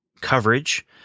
coverage